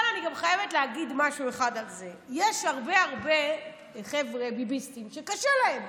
אבל אני חייבת להגיד משהו אחד על זה: יש הרבה חבר'ה ביביסטים שקשה להם,